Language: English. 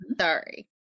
Sorry